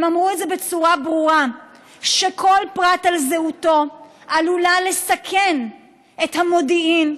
הם אמרו בצורה ברורה שכל פרט על זהותו עלול לסכן את המודיעין,